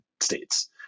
states